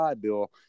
Bill